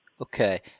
Okay